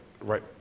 Right